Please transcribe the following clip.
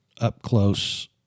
up-close